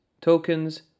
tokens